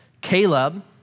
Caleb